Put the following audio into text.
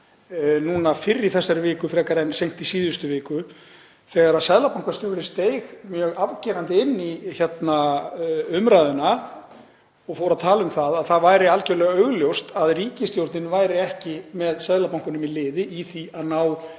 núna fyrr í þessari viku frekar en seint í síðustu viku þegar seðlabankastjóri steig mjög afgerandi inn í umræðuna og fór að tala um að það væri algerlega augljóst að ríkisstjórnin væri ekki með Seðlabankanum í liði í því að ná